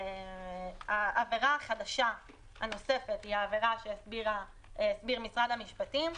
העבירה החדשה הנוספת היא העבירה שהסביר משרד המשפטים,